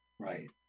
Right